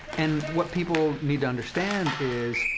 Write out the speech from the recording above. and what people need to understand is,